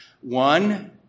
One